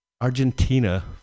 Argentina